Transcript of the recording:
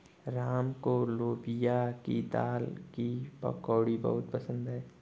राम को लोबिया की दाल की पकौड़ी बहुत पसंद हैं